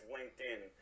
LinkedIn